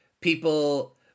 people